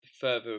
further